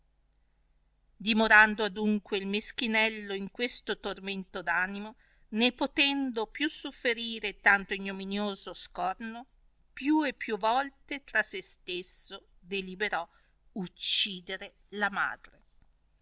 dimorando adunque il meschinello in questo tormento di animo né potendo più soff erire tanto ignominioso scorno più e più volte tra se stesso deliberò uccidere la madre